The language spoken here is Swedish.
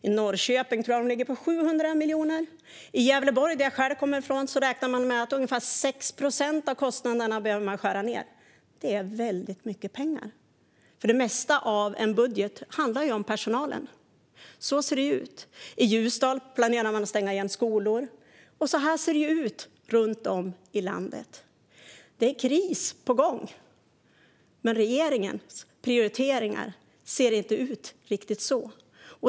I Norrköping ligger de, tror jag, på 700 miljoner. I Gävleborg, där jag kommer ifrån, räknar man med att behöva skära ned ungefär 6 procent av kostnaderna. Det är väldigt mycket pengar, för det mesta av en budget handlar ju om personalen. I Ljusdal planerar man att stänga skolor. Så här ser det ut runt om i landet. Det är kris på gång. Men regeringens prioriteringar ser inte ut riktigt så.